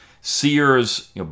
Sears